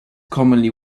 commonly